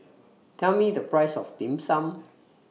Tell Me The Price of Dim Sum